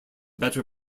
better